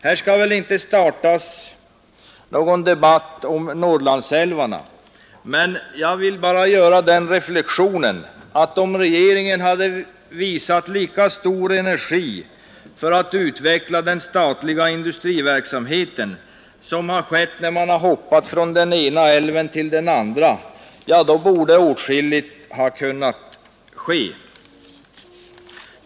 Här skall inte startas någon debatt om Norrlandsälvarna, men jag vill bara göra en reflexion: om regeringen hade visat lika stor energi för att utveckla den statliga industriverksamheten som för att hoppa från den ena älven till den andra borde åtskilligt ha kunnat ske.